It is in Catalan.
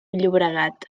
llobregat